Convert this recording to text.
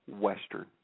western